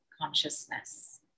consciousness